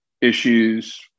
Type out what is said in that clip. issues